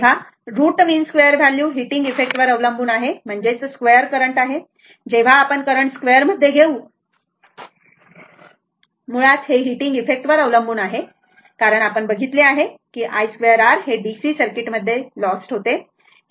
तर root mean square value heating effect वर अवलंबून आहे म्हणजे स्क्वेअर करंट आहे जेव्हा आपण करंट स्क्वेअर मधे घेऊ मुळात हे हीटिंग इफेक्ट वर अवलंबून आहे कारण आपण बघितले आहे i 2 r हे डीसी सर्किटमध्ये लॉस्ट होते